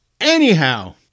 Anyhow